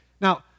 Now